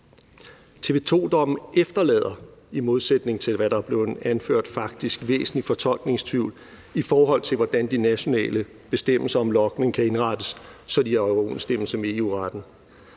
Tele2-dommen efterlader, i modsætning til hvad der er blevet anført, faktisk væsentlig fortolkningstvivl, i forhold til hvordan de nationale bestemmelser om logning kan indrettes, så de er i overensstemmelse med EU-retten.